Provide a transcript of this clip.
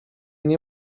nie